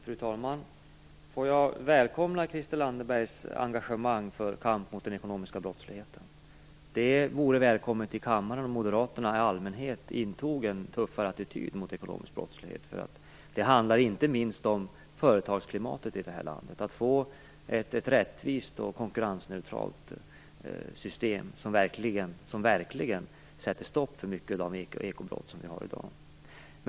Fru talman! Jag välkomnar Christel Anderbergs engagemang i kampen mot den ekonomiska brottsligheten. Det vore välkommet om moderaterna i allmänhet i kammaren intog en tuffare attityd mot ekonomisk brottslighet. Det handlar inte minst om företagsklimatet här i landet, att vi får ett rättvist och konkurrensneutralt system som verkligen sätter stopp för många av de ekobrott som begås i dag.